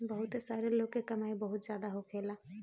बहुते सारा लोग के कमाई बहुत जादा होखेला